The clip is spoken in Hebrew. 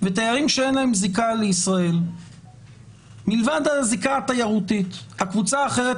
ותיירים שאין להם זיקה לישראל מלבד הזיקה התיירות; הקבוצה האחרת